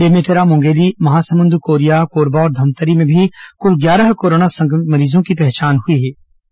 बेमेतरा मुंगेली महासमुंद कोरिया कोरबा और धमतरी में भी कुल ग्यारह कोरोना संक्रमित मरीजों की पहचान हुई थी